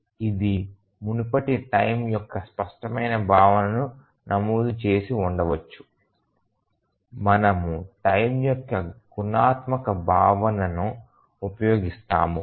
ఇది మునుపటి టైమ్ యొక్క స్పష్టమైన భావనను నమోదు చేసి ఉండవచ్చు మనము టైమ్ యొక్క గుణాత్మక భావనను ఉపయోగిస్తాము